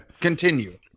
continue